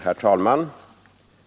Herr talman!